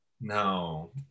No